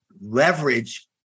leverage